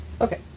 Okay